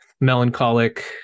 melancholic